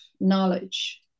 knowledge